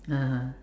(uh huh)